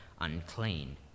unclean